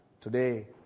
Today